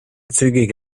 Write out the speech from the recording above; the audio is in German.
zügig